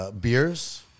beers